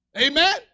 Amen